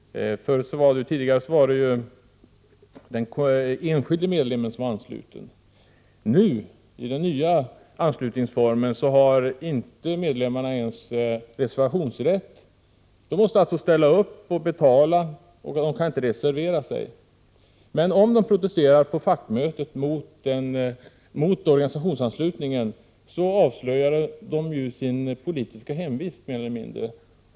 Tidigare var den enskilde medlemmen ansluten. I och med den nya anslutningsformen har medlemmarna inte ens reservationsrätt. De måste således ställa upp och betala, och de kan inte reservera sig. Om de på fackmöten protesterar mot organisationsanslutningen avslöjar de därmed mer eller mindre sin politiska hemvist.